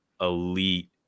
elite